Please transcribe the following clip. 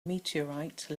meteorite